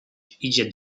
idzie